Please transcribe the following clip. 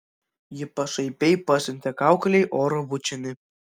ji pašaipiai pasiuntė kaukolei oro bučinį